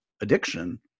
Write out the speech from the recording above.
addiction